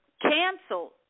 canceled